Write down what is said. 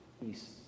Peace